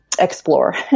explore